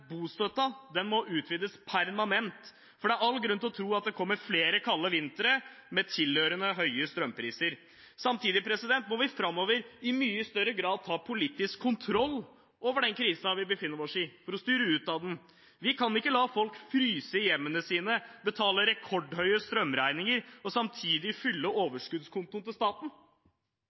må utvides permanent, for det er all grunn til å tro at det kommer flere kalde vintre med tilhørende høye strømpriser. Samtidig må vi framover i mye større grad ta politisk kontroll over den krisen vi befinner oss i, for å styre ut av den. Vi kan ikke la folk fryse i hjemmene sine, betale rekordhøye strømregninger og samtidig fylle overskuddskontoen til staten.